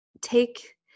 take